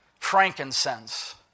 frankincense